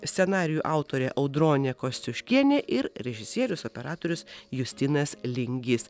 scenarijų autorė audronė kosciuškienė ir režisierius operatorius justinas lingys